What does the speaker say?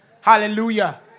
Hallelujah